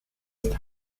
ist